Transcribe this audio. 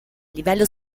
livello